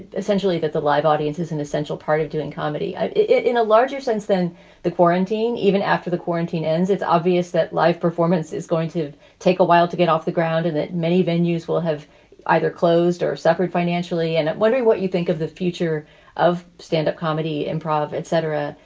essentially that the live audience is an essential part of doing comedy in a larger sense than the quarantine. even after the quarantine ends, it's obvious that life performance is going to take a while to get off the ground and in many venues will have either closed or suffered financially. and at what or what you think of the future of standup comedy, improv, etc.